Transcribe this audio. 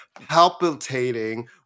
palpitating